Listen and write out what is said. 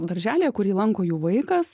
darželyje kurį lanko jų vaikas